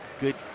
good